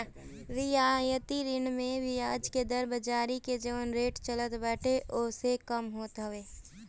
रियायती ऋण में बियाज के दर बाजारी में जवन रेट चलत बाटे ओसे कम होत हवे